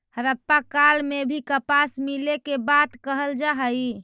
हड़प्पा काल में भी कपास मिले के बात कहल जा हई